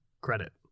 credit